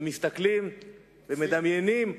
מסתכלים ומדמיינים.